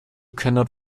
cannot